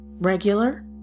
regular